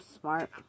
smart